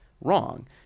wrong